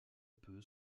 peu